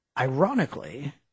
ironically